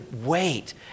wait